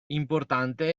importante